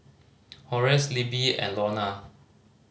Horace Libbie and Lorna